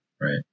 right